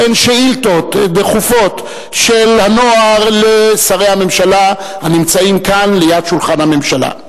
וזה שאילתות דחופות של הנוער לשרי הממשלה הנמצאים כאן ליד שולחן הממשלה.